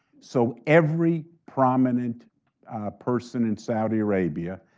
so every prominent person in saudi arabia,